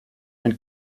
ein